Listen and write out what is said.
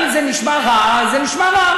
גם אם זה נשמע רע, אז זה נשמע רע.